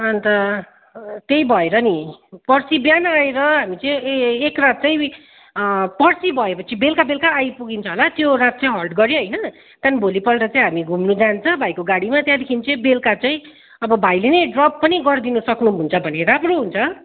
अन्त त्यही भएर नि पर्सी बिहान आएर हामी चाहिँ ए एकरात चाहिँ पर्सी भएपछि बेलुका बेलुका आइपुगिन्छ होला त्यो रात चाहिँ हल्ट गऱ्यो होइन त्यहाँदेखि भोलिपल्ट चाहिँ हामी घुम्नु जान्छ भाइको गाडीमा त्यहाँदेखि चाहिँ बेलुका चाहिँ अब भाइले नै ड्रप पनि गरिदिनु सक्नुहुन्छ भने राम्रो हुन्छ